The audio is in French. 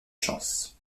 chances